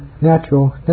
natural